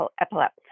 epilepsy